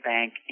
Bank